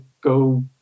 go